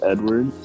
Edward